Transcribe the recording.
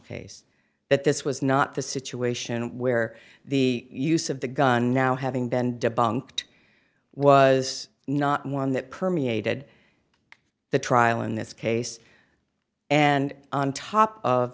case that this was not the situation where the use of the gun now having been debunked was not one that permeated the trial in this case and on top of